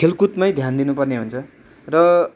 खेलकुदमै ध्यान दिनुपर्ने हुन्छ र